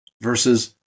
versus